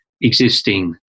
existing